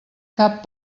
cap